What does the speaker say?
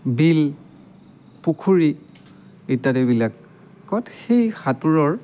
বিল পুখুৰী ইত্যাদিবিলাকত সেই সাঁতোৰৰ